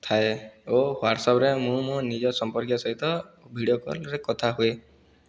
ଥାଏ ଓ ହ୍ୱାଟ୍ସଅପ୍ରେ ମୁଁ ମୋ ନିଜ ସମ୍ପର୍କୀୟ ସହିତ ଭିଡ଼ିଓ କଲ୍ରେ କଥା ହୁଏ